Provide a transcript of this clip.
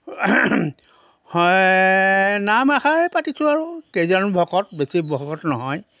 হয় নাম এষাৰ পাতিছোঁ আৰু কেইজনমান ভকত বেছি ভকত নহয়